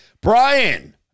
Brian